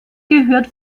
gehört